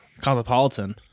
Cosmopolitan